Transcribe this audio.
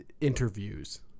interviews